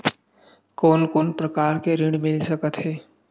कोन कोन प्रकार के ऋण मिल सकथे?